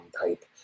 type